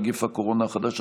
נגיף הקורונה החדש),